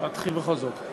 להתחיל בכל זאת?